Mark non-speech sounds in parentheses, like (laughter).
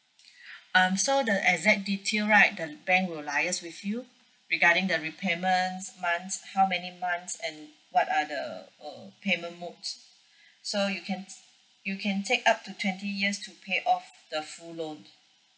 (breath) um so the exact detail right the bank will liaise with you regarding the repayments months how many months and what are the uh payment modes (breath) so you can you can take up to twenty years to pay off the full loan